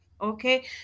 Okay